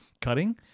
cutting